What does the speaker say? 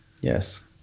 Yes